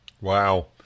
Wow